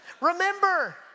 Remember